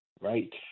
right